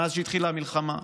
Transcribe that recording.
מאז שהתחילה המלחמה,